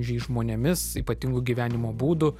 žiais žmonėmis ypatingu gyvenimo būdu